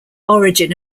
origin